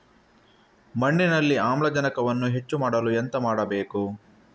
ಮಣ್ಣಿನಲ್ಲಿ ಆಮ್ಲಜನಕವನ್ನು ಹೆಚ್ಚು ಮಾಡಲು ಎಂತ ಮಾಡಬೇಕು?